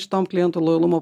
šitom klientų lojalumo